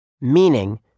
meaning